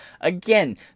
Again